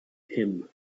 him